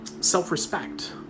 self-respect